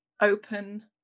open